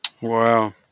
Wow